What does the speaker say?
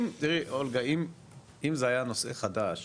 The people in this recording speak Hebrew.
תראי אולגה, אם זה היה נושא חדש